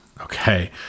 okay